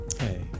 Hey